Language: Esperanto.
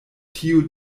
tiu